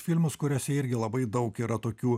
filmus kuriuose irgi labai daug yra tokių